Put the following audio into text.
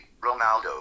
Ronaldo